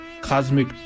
cosmic